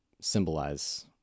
symbolize